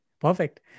Perfect